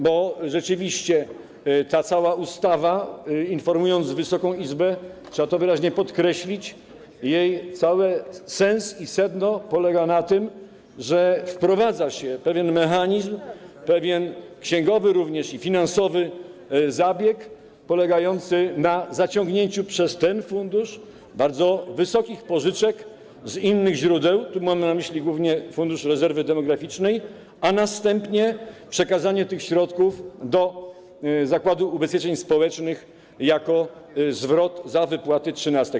Bo rzeczywiście ta cała ustawa - informując Wysoką Izbę, trzeba to wyraźnie podkreślić - jej cały sens i sedno polegają na tym, że wprowadza się pewien mechanizm, pewien również księgowy i finansowy zabieg polegający na zaciągnięciu przez ten fundusz bardzo wysokich pożyczek z innych źródeł - tu mam na myśli głównie Fundusz Rezerwy Demograficznej - a następnie przekazaniu tych środków do Zakładu Ubezpieczeń Społecznych jako zwrotu za wypłaty trzynastek.